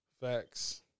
Facts